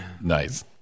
Nice